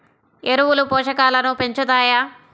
ఎరువులు పోషకాలను పెంచుతాయా?